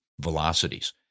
velocities